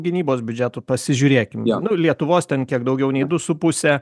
gynybos biudžetų pasižiūrėkim nu lietuvos ten kiek daugiau nei du su puse